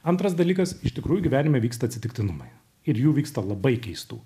antras dalykas iš tikrųjų gyvenime vyksta atsitiktinumai ir jų vyksta labai keistų